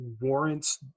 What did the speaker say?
warrants